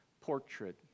portrait